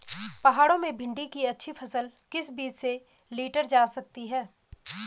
पहाड़ों में भिन्डी की अच्छी फसल किस बीज से लीटर जा सकती है?